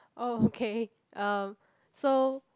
okay um so